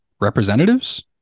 representatives